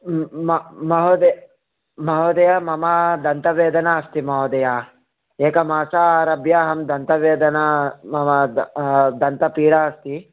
महोदय मम दन्तवेदना अस्ति महोदय एकमासत् आरभ्य अहं दन्तवेदना मम दन्तपीडा अस्ति